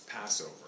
Passover